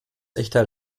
echter